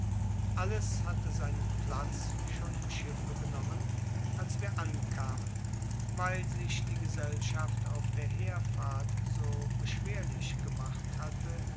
alles hatte seinen platz schon im schiffe genommen als wir ankamen weil sich die gesellschaft auf der herfahrt so beschwerlichgemacht hatte